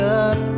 up